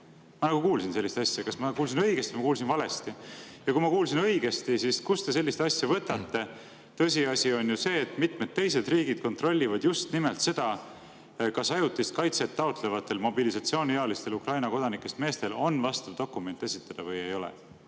Ma nagu kuulsin sellist asja. Kas ma kuulsin õigesti või kuulsin valesti? Kui ma kuulsin õigesti, siis kust te sellist asja võtate? Tõsiasi on see, et mitmed teised riigid kontrollivad just nimelt seda, kas ajutist kaitset taotlevatel mobilisatsiooniealistel Ukraina kodanikest meestel on vastav dokument esitada või ei ole.